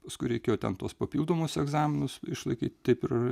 paskui reikėjo ten tuos papildomus egzaminus išlaikyt taip ir